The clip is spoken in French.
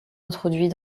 introduit